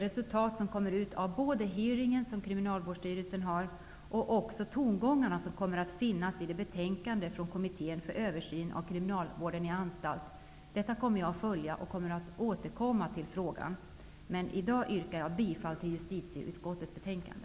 Jag kommer att följa de resultat som Kriminalvårdsstyrelsens hearing kommer att leda till och de tongångar som kommer att finnas i betänkandet från Kommittén för översyn av kriminalvården i anstalt. Jag kommer att återkomma till frågan, men i dag yrkar jag bifall till hemställan i justitieutskottets betänkande.